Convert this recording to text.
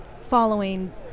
following